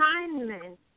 assignment